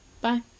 bye